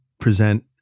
present